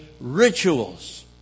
rituals